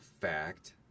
fact